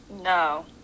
No